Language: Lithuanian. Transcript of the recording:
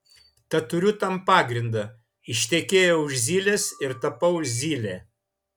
tad turiu tam pagrindą ištekėjau už zylės ir tapau zyle